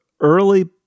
early